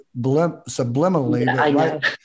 subliminally